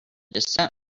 descent